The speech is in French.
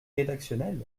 rédactionnel